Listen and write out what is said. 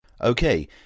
Okay